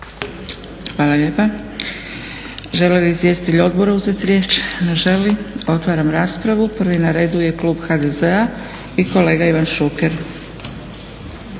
Hvala lijepa. Žele li izvjestitelji odbora uzeti riječ? Ne želi. Otvaram raspravu. Prvi na redu je klub HDZ-a i kolega Ivan Šuker.